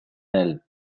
aile